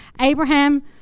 Abraham